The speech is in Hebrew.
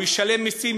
הוא ישלם מסים,